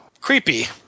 creepy